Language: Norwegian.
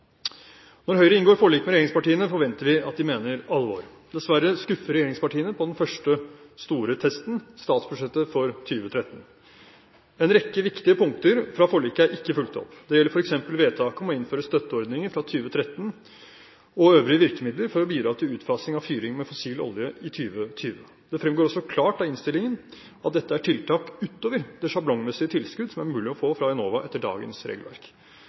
Når Høyre inngår forlik med regjeringspartiene, forventer vi at de mener alvor. Dessverre skuffer regjeringspartiene på den første store testen: statsbudsjettet for 2013. En rekke viktige punkter fra forliket er ikke fulgt opp. Det gjelder f.eks. vedtaket om å innføre støtteordninger fra 2013 og øvrige virkemidler for å bidra til utfasing av fyring med fossil olje i 2020. Det fremgår også klart av innstillingen at dette er tiltak utover det sjablongmessige tilskudd som det er mulig å få fra Enova etter dagens regelverk.